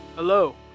Hello